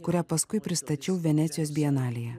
kurią paskui pristačiau venecijos bienalėje